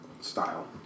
style